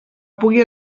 pugui